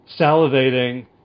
salivating